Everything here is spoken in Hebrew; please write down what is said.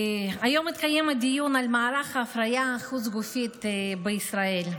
היום התקיים דיון על מערך ההפריה החוץ-גופית בישראל.